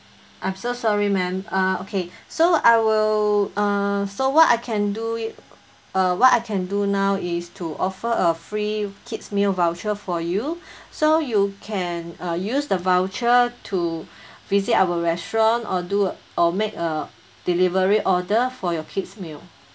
I'm so sorry madam uh okay so I will uh so what I can do uh what I can do now is to offer a free kids' meal voucher for you so you can uh use the voucher to visit our restaurant or do a or make a delivery order for your kids' meal